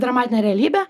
dramatinę realybę